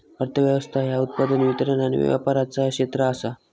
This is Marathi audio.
अर्थ व्यवस्था ह्या उत्पादन, वितरण आणि व्यापाराचा क्षेत्र आसा